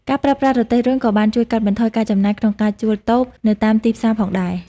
ការប្រើប្រាស់រទេះរុញក៏បានជួយកាត់បន្ថយការចំណាយក្នុងការជួលតូបនៅតាមទីផ្សារផងដែរ។